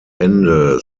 ende